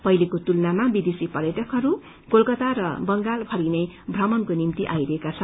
पहिलेको तुलनामा विदेशी पर्यटकहरू क्रेलकता र बंगालभरि नै श्रमणक्रे निभ्ति आइरहेका छन्